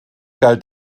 galt